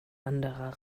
anderer